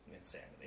insanity